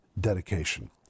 dedication